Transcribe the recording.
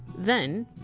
then,